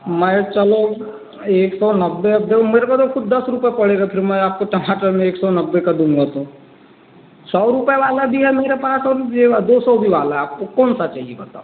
मैं चलो एक सौ नब्बे वब्बे मेरे को तो सिर्फ़ दस रुपए पड़ेगा फ़िर मैं आपको टमाटर में एक सौ नब्बे का दुंगा तो सौ रूपये वाला भी है मेरे पास और दो सौ भी वाला है आपको कौन सा चाहिए बताओ